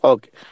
Okay